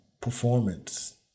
performance